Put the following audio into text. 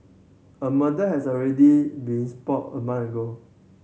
a murder has already been spotted a month ago